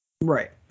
Right